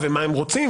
מה הם רוצים,